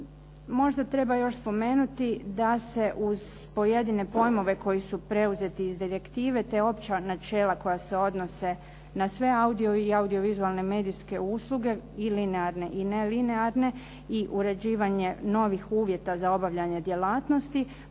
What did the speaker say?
Možda treba još spomenuti da se uz pojedine pojmove koji su preuzeti iz direktive te opća načela koja se odnose na sve audio i audio-vizualne medijske usluge i linearne i nelinearne i uređivanje novih uvjeta za obavljanje djelatnosti,